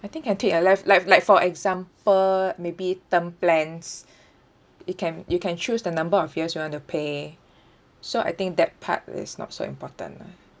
I think can tweak uh like like like for example maybe term plans it you can you can choose the number of years you want to pay so I think that part is not so important lah